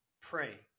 pray